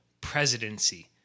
presidency